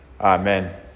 Amen